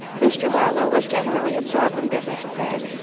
mr. barlow was generally absorbed in business affairs,